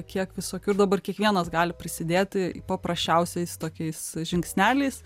kiek visokių dabar kiekvienas gali prisidėti paprasčiausiais tokiais žingsneliais